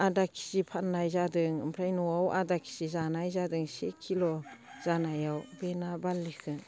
आधा के जि फाननाय जादों ओमफ्राय न'आव आदा के जि जानाय जादों से किल' जानायाव बे ना बारलिखौ